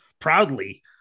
proudly